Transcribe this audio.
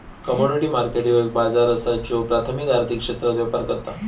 commodity market ह्यो एक बाजार असा ज्यो प्राथमिक आर्थिक क्षेत्रात व्यापार करता